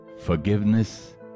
Forgiveness